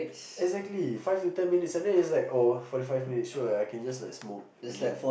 exactly five to ten minutes and then it's like oh forty five minutes sure I can just like smoke and then